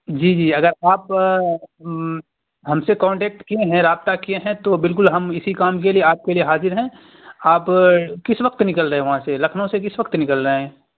جی جی اگر آپ ہم سے کانٹکٹ کیے ہیں رابطہ کیے ہیں تو بالکل ہم اسی کام کے لیے آپ کے لیے حاضر ہیں آپ کس وقت نکل رہے ہیں وہاں سے لکھنؤ سے کس وقت نکل رہے ہیں